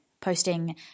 posting